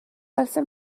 welsom